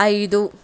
ఐదు